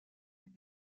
est